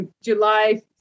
July